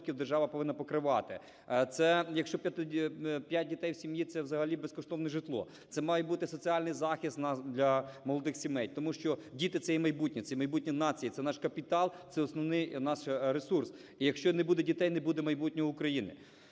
держава повинна покривати. Це якщо 5 дітей в сім'ї, це взагалі безкоштовне житло. Це має бути соціальний захист для молодих сімей, тому що діти – це є майбутнє, це майбутнє нації, це наш капітал, це основний наш ресурс. Якщо не буде дітей, не буде майбутнього України.